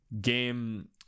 game